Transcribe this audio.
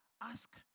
Ask